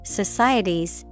societies